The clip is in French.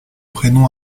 prénom